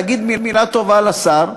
להגיד מילה טובה לשר,